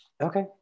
Okay